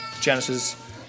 Genesis